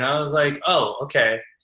know? like oh, okay,